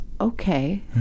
okay